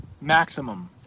maximum